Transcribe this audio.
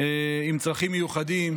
עם צרכים מיוחדים,